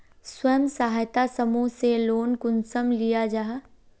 स्वयं सहायता समूह से लोन कुंसम लिया जाहा?